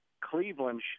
Cleveland